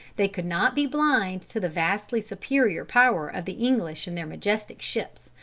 they could not be blind to the vastly superior power of the english in their majestic ships,